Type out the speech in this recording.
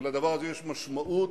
ולדבר הזה יש משמעות,